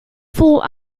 vol